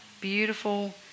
beautiful